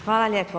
Hvala lijepo.